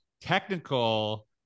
technical